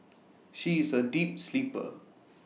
she is A deep sleeper